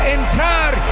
entrar